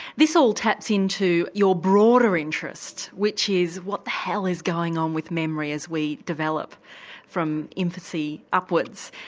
this all taps into your broader interest, which is what the hell is going on with memory as we develop from infancy upwards.